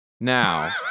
Now